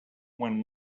when